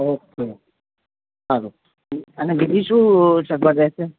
okay સારું અને બીજી શું સગવડ રહેશે